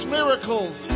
miracles